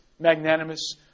magnanimous